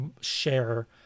share